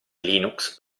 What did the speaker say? linux